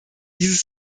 dieses